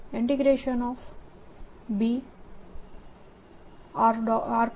ds ના બરાબર છે